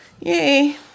Yay